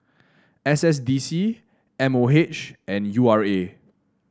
S S D C M O H and U R A